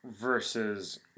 versus